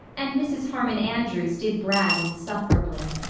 and mrs. harmon andrews did brag insufferably.